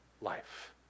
life